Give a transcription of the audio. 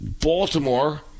Baltimore